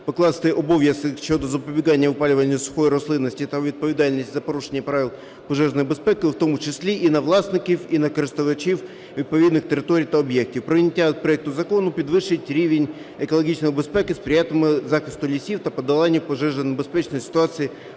покласти обов'язки щодо запобігання випалювання сухої рослинності та відповідальність за порушення правил пожежної безпеки, в тому числі і на власників, і на користувачів відповідних територій та об'єктів. Прийняття проекту закону підвищить рівень екологічної безпеки, сприятиме захисту лісів та подолання пожежонебезпечної ситуації